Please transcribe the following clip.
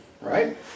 Right